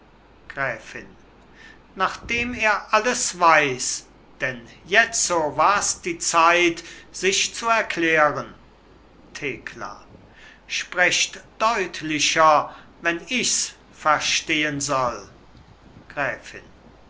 gräfin nachdem er alles weiß denn jetzo wars die zeit sich zu erklären thekla sprecht deutlicher wenn ichs verstehen soll gräfin